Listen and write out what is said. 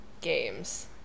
games